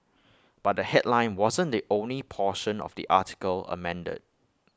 but the headline wasn't the only portion of the article amended